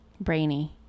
brainy